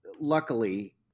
luckily